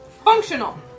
Functional